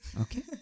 Okay